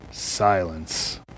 Silence